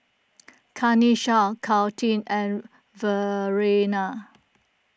Kanesha Caitlin and Verena